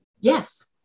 Yes